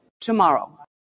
tomorrow